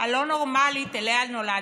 הלא-נורמלית שאליה נולדתי.